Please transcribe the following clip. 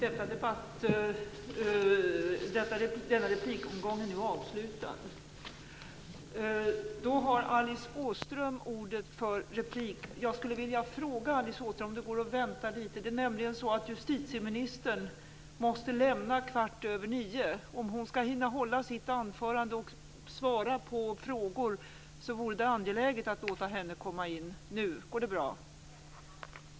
Jag undrar om Alice Åström och Rolf Åbjörnsson möjligen kan vänta litet. Det är nämligen så att justitieministern måste lämna kammaren kl. 21.15. Om hon skall hinna att hålla sitt anförande och svara på frågor vore det angeläget att låta henne komma in tidigare i debatten.